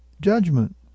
judgment